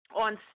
on